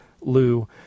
Lou